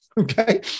Okay